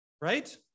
right